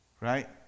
right